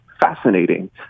fascinating